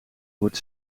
wordt